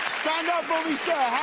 stand up for me, sir,